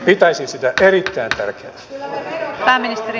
pitäisin sitä erittäin tärkeänä